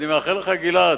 גלעד,